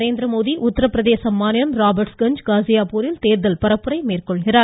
நரேந்திரமோடி உத்தரப்பிரதேச மாநிலம் ராபர்ஸ்கஞ்ச் காஸியாப்பூரில் தேர்தல் பரப்புரை மேற்கொள்கிறார்